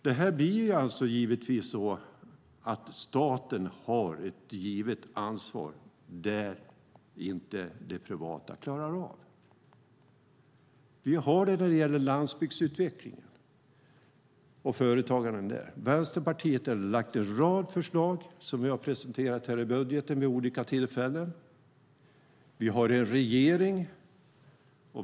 Det blir alltså så att staten har ett givet ansvar där det privata inte klarar av det. Vi har det när det gäller landsbygdsutvecklingen och företagarna där. Vänsterpartiet har lagt fram en rad förslag som vi har presenterat här i budgeten vid olika tillfällen. Vi har en regering.